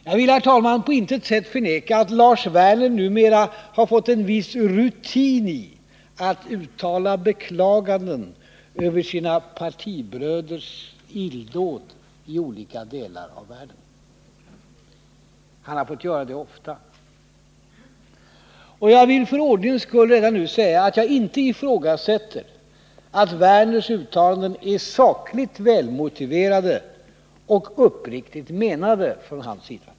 Jag vill, herr talman, på intet sätt förneka att Lars Werner numera har fått en viss rutin i att uttala beklaganden över sina partibröders illdåd i andra delar av världen — han har fått göra det ofta — och jag vill för ordningens skull redan nu säga att jag inte ifrågasätter att Lars Werners uttalanden är sakligt välmotiverade och uppriktigt menade från hans sida.